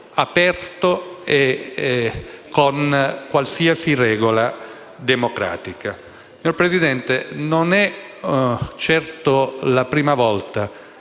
contrasto con qualsiasi regola democratica.